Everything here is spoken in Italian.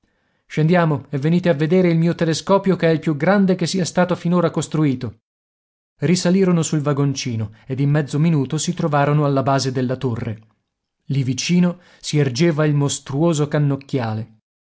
scendiamo e venite a vedere il mio telescopio che è il più grande che sia stato finora costruito risalirono sul vagoncino ed in mezzo minuto si trovarono alla base della torre lì vicino si ergeva il mostruoso cannocchiale